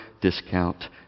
discount